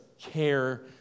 care